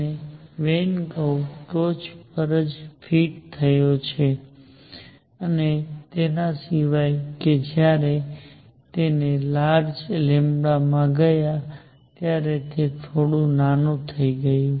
અને when curve ટોચ પર જ ફીટ થયો સિવાય કે જ્યારે તમે લાર્જ માં ગયા ત્યારે તે થોડું નાનું થઈ ગયું